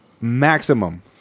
maximum